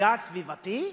מפגע סביבתי?